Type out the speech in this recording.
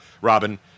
Robin